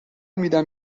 میدم